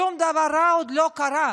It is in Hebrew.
שום דבר רע עוד לא קרה.